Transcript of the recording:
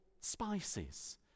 spices